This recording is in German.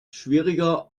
schwieriger